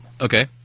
Okay